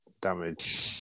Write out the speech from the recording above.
damage